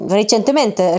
recentemente